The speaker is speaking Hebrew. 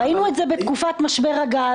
ראינו את זה בתקופת משבר הגז.